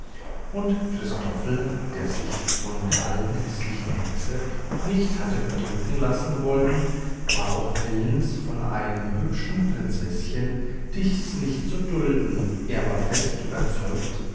und christoffel der sich von der alten häßlichen hexe nicht hatte betrügen lassen wollen war auch willens von einem hübschen prinzeßchen dies nicht zu dulden er war fest überzeugt